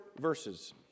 verses